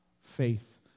faith